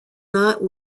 not